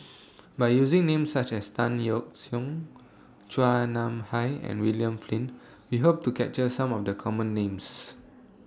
By using Names such as Tan Yeok Seong Chua Nam Hai and William Flint We Hope to capture Some of The Common Names